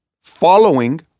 following